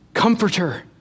comforter